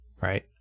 right